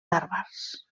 bàrbars